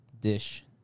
dish